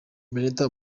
benitha